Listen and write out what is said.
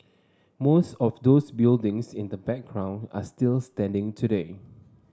most of those buildings in the background are still standing today